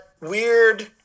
weird